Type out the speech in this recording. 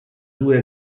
due